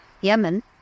Yemen